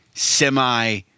semi